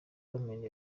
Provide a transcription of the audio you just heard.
bamena